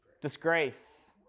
disgrace